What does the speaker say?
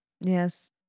Yes